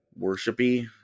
worshipy